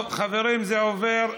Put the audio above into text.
טוב, חברים, זה עובר.